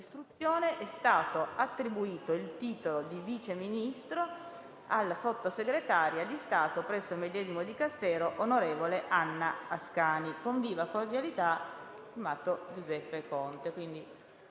è stato attribuito il titolo di Vice Ministro al Sottosegretario di Stato presso il medesimo Dicastero on. Anna ASCANI. Con viva cordialità, f.to Giuseppe CONTE».